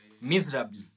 Miserably